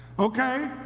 Okay